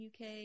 UK